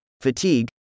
fatigue